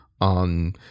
on